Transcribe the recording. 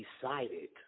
decided